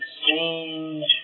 exchange